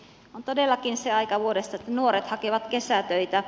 on todellakin se aika vuodesta että nuoret hakevat kesätöitä